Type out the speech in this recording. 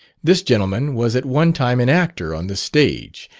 this gentleman was at one time an actor on the stage,